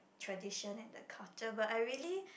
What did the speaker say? tradition and the culture but I really